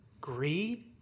greed